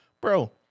bro